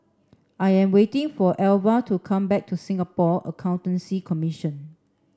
I am waiting for Alvia to come back from Singapore Accountancy Commission